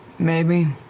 maybe.